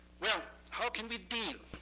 well, how can we deal